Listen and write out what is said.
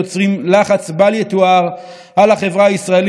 אדוני היושב-ראש, חבריי חברי